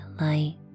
light